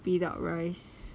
without rice